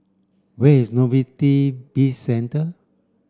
where is Novelty Bizcentre